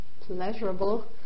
pleasurable